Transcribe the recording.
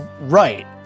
Right